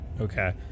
Okay